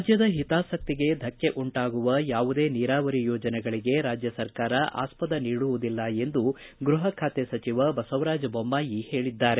ರಾಜ್ದದ ಹಿತಾಸಕ್ತಿಗೆ ಧಕ್ಕೆ ಉಂಟಾಗುವ ಯಾವುದೇ ನೀರಾವರಿ ಯೋಜನೆಗಳಿಗೆ ರಾಜ್ದ ಸರ್ಕಾರ ಆಸ್ಪದ ನೀಡುವುದಿಲ್ಲ ಎಂದು ಗೃಪ ಖಾತೆ ಸಚಿವ ಬಸವರಾಜ ಬೊಮ್ಮಾಯಿ ಹೇಳಿದ್ದಾರೆ